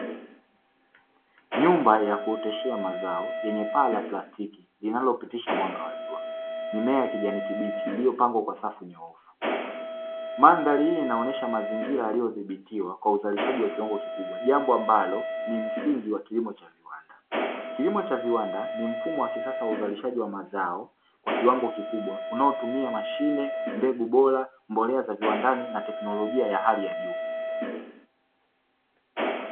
Nyumba ya kuoteshea mazao yenye paa la plastiki linalopitisha mwanga wa jua ,mimea ya kijani kibichi iliyopangwa kwa safu nyohofu, madhari hii inaonesha mazingira aliyodhibitiwa kwa uzalishaji wa kiwango kikubwa jambo ambalo ni msingi wa kilimo cha viwanda, kilimo cha viwanda ni mfumo wa kisasa wa uzalishaji wa mazao kwa kiwango kikubwa unaotumia mashine mbegu bora mbolea za viwandani na teknolojia ya hali ya juu.